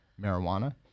marijuana